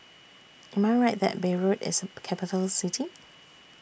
Am I Right that Beirut IS A Capital City